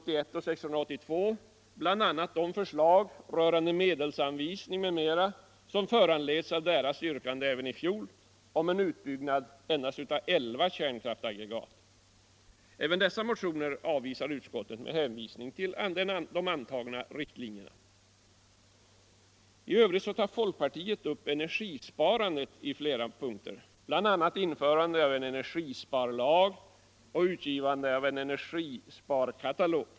I övrigt tar folkpartiet upp energisparandet i flera punkter, bl.a. införandet av en energisparlag och utgivandet av en energisparkatalog.